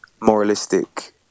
moralistic